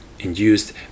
induced